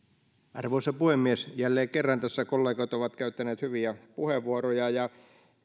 arvoisa puhemies jälleen kerran tässä kollegat ovat käyttäneet hyviä puheenvuoroja ja